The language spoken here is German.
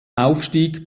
aufstieg